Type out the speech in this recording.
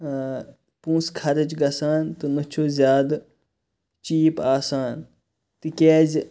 پونٛسہٕ خرٕچ گَژھان تہٕ نہَ چھُ زیادٕ چیٖپ آسان تکیازِ